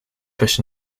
fish